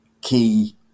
key